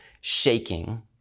shaking